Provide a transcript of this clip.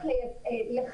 שצריך לנטרל את הנושא,